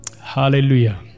Hallelujah